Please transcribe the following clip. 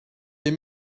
des